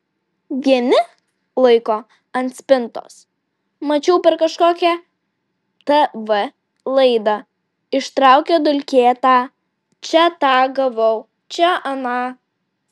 vieni laiko ant spintos mačiau per kažkokią tv laidą ištraukė dulkėtą čia tą gavau čia aną